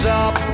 up